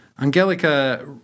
Angelica